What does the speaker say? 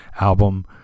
album